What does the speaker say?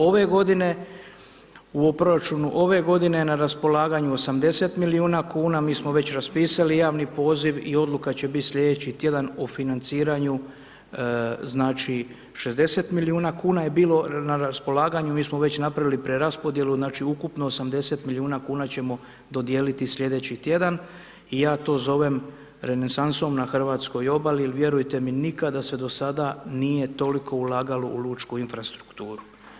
Ove godine, u proračunu ove godine na raspolaganju 80 milijuna kuna, mi smo već raspisali javni poziv i odluka će biti slijedeći tjedan o financiranju, znači, 60 milijuna kuna je bilo na raspolaganju, mi smo već napravili preraspodjelu, znači, ukupno 80 milijuna kuna ćemo dodijeliti slijedeći tjedan i ja to zovem renesansom na hrvatskoj obali jer, vjerujte mi, nikada se do sada nije toliko ulagalo u lučku infrastrukturu.